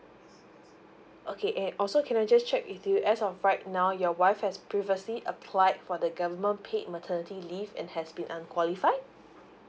okay and also can I just check with you as of right now your wife has previously applied for the government paid maternity leave and has been unqualified